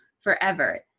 forever